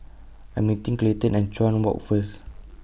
I Am meeting Clayton At Chuan Walk First